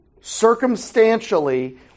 circumstantially